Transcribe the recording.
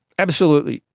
absolutely.